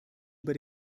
über